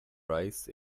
rice